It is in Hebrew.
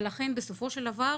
ולכן בסופו של דבר,